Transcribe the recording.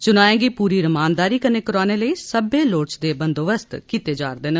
चुनाए गी पूरी रमानदारी कन्नै करोआने लेई सब्बे लोड़चदे बंदोबस्त कीते जारदे न